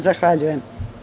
Zahvaljujem.